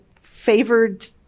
favored